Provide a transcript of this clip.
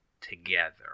together